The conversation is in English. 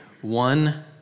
one